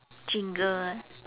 jingle ah